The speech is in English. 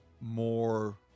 more